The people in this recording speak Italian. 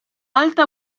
alta